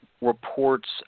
reports